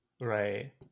Right